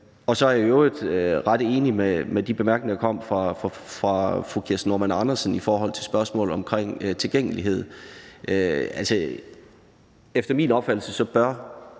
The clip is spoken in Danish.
Og så er jeg i øvrigt ret enig i de bemærkninger, der kom fra fru Kirsten Normann Andersen i forhold til spørgsmålet omkring tilgængelighed. Efter min opfattelse bør